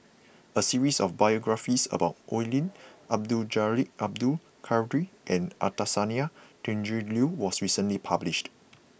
a series of biographies about Oi Lin Abdul Jalil Abdul Kadir and Anastasia Tjendri Liew was recently published